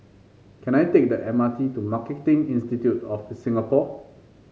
can I take the M R T to Marketing Institute of Singapore